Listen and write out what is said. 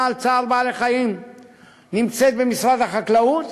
על צער בעלי-חיים נמצאת במשרד החקלאות